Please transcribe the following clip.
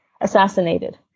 assassinated